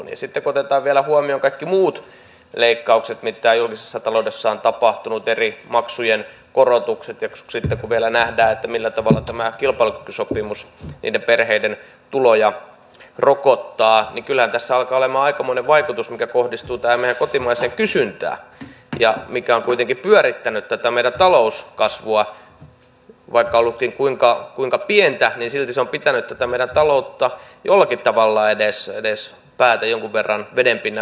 sitten kun otetaan vielä huomioon kaikki muut leikkaukset eri maksujen korotukset mitä julkisessa taloudessa on tapahtunut ja sitten kun vielä nähdään millä tavalla tämä kilpailukykysopimus niiden perheiden tuloja rokottaa niin kyllähän tässä alkaa olemaan aikamoinen vaikutus mikä kohdistuu tähän meidän kotimaiseen kysyntään mikä on kuitenkin pyörittänyt tätä meidän talouskasvua vaikka on ollutkin kuinka pientä niin silti se on pitänyt tätä meidän taloutta jollakin tavalla edes päätä jonkun verran vedenpinnan yläpuolella